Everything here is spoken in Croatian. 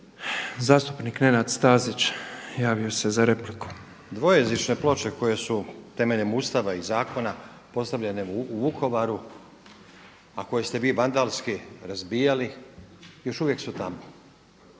Zastupnik Nenad Stazić, javio se za repliku. **Stazić, Nenad (SDP)** Dvojezične ploče koje su temeljem Ustava i zakona postavljene u Vukovaru a koje ste vi vandalski razbijali još uvijek su tamo,